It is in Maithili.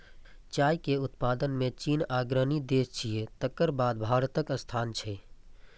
चाय के उत्पादन मे चीन अग्रणी देश छियै, तकर बाद भारतक स्थान छै